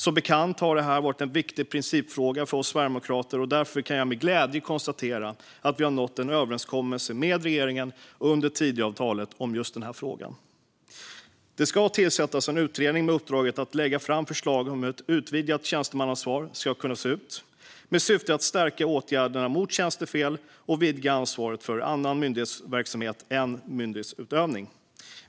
Som bekant har det här varit en viktig principfråga från oss sverigedemokrater, och därför kan jag med glädje konstatera att vi har nått en överenskommelse med regeringen under Tidöavtalet om just den här frågan. Det ska tillsättas en utredning med uppdraget att lägga fram förslag för hur ett utvidgat tjänstemannaansvar skulle kunna se ut, med syftet att stärka åtgärderna mot tjänstefel och vidga ansvaret för annan myndighetsverksamhet än myndighetsutövning.